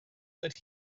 that